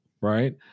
right